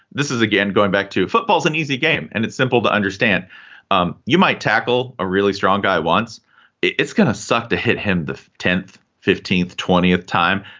this is, again, going back to football's an easy game. and it's simple to understand um you might tackle a really strong guy once it's going to suck to hit him the tenth, fifteenth, twentieth time.